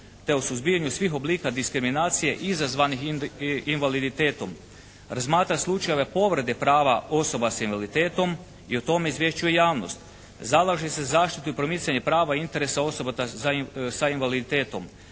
te o suzbijanju svih oblika diskriminacije izazvanih invaliditetom. Razmatra slučajeve povrede prava osoba sa invaliditetom i o tom izvješću javnost. Zalaže se za zaštitu i promicanje prava i interesa osoba sa invaliditetom.